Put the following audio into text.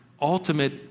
ultimate